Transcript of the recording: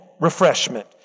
refreshment